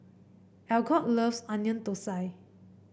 Algot loves Onion Thosai